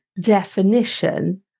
definition